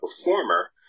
performer